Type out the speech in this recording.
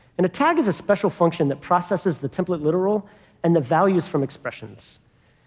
and a tag as a special function that processes the template literal and the values from expressions.